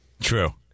True